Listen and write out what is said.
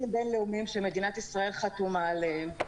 בין-לאומיים שמדינת ישראל חתומה עליהם,